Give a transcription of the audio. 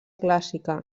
clàssica